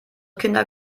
kinder